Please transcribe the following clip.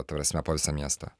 ta prasme po visą miestą